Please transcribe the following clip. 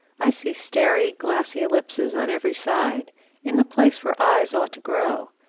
i see staring glassy ellipses on every side in the place where eyes ought to grow,